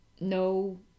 no